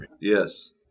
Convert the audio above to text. Yes